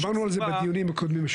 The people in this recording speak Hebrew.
דיברנו על זה בדיונים הקודמים.